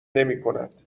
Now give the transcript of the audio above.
نمیکند